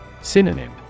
Synonym